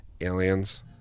aliens